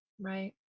Right